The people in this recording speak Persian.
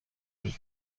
بود